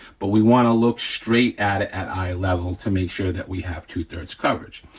but we wanna look straight at it at eye level to make sure that we have two three coverage,